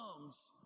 comes